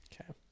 Okay